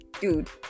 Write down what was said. dude